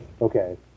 Okay